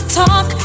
talk